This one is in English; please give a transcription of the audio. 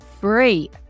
free